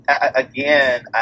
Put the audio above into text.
again